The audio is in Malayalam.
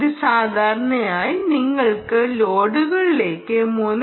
ഇത് സാധാരണയായി നിങ്ങൾക്ക് ലോഡുകളിലേക്ക് 3